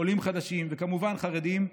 עולים חדשים וכמובן חרדים,